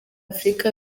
afurika